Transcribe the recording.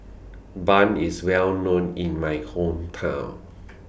Bun IS Well known in My Hometown